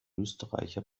österreicher